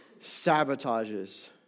sabotages